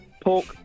pork